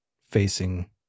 facing